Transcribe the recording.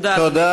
תודה, אדוני.